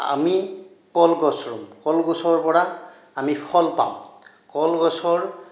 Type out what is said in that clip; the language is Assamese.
আমি কল গছ ৰোম কল গছৰ পৰা আমি ফল পাওঁ কল গছৰ